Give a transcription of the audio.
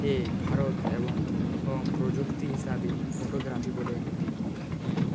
এ ভারত এবং প্রযুক্তি হিসাবে ফটোগ্রাফি বলে একটি ই